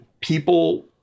people